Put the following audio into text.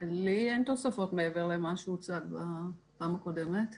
לי אין תוספות מעבר למה שהוצג בפעם הקודמת.